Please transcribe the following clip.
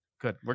Good